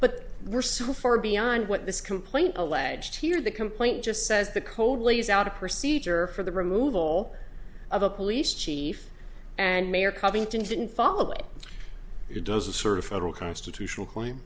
but we're so far beyond what this complaint alleged here the complaint just says the coldly is out of procedure for the removal of a police chief and mayor covington didn't follow it who does this sort of federal constitutional coin